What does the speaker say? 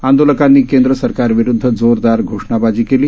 आंदोलकांनीकेंद्रसरकारविरुद्धजोरदारघोषणाबाजीकेली